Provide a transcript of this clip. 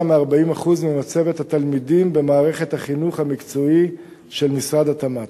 מ-40% ממצבת התלמידים במערכת החינוך המקצועי של משרד התמ"ת.